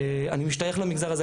משתייך למגזר הזה.